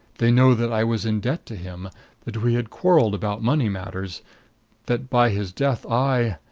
they know that i was in debt to him that we had quarreled about money matters that by his death i,